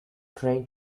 trained